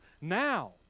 Now